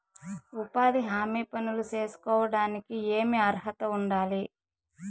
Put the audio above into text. ఉపాధి హామీ పనులు సేసుకోవడానికి ఏమి అర్హత ఉండాలి?